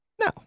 No